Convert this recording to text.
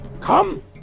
Come